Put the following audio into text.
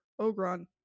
ogron